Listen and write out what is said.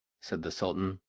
said the sultan,